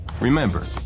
Remember